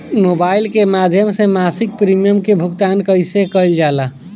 Mobile के माध्यम से मासिक प्रीमियम के भुगतान कैसे कइल जाला?